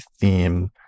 theme